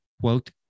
quote